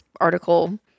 article